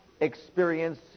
experience